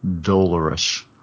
Dolorous